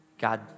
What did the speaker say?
God